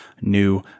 new